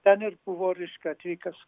ten ir buvo reiškia atvykęs